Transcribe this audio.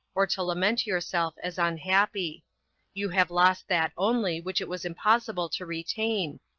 or to lament yourself as unhappy you have lost that only which it was impossible to retain,